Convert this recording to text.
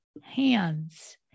hands